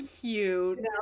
cute